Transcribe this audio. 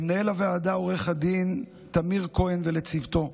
למנהל הוועדה עו"ד טמיר כהן ולצוותו,